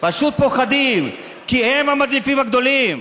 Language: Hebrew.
פשוט פוחדים, כי הם המדליפים הגדולים.